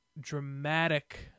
dramatic